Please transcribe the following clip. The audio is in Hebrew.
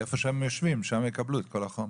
איפה שהם יושבים שם יקבלו את כל החומר.